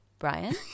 Brian